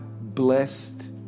blessed